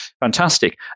fantastic